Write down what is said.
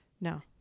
No